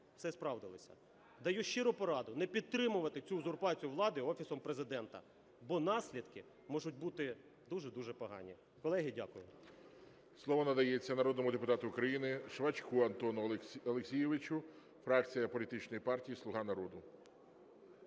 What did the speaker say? все справдилося. Даю щиру пораду – не підтримувати цю узурпацію влади Офісом Президента, бо наслідки можуть будуть дуже-дуже погані. Колеги, дякую.